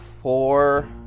four